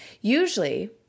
Usually